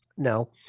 No